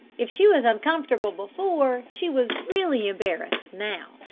if she was uncomfortable before, she was really embarrassed now.